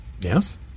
Yes